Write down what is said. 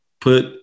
put